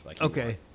Okay